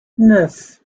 neuf